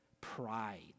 Pride